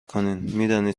کنین، میدانید